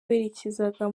berekezaga